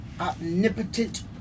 omnipotent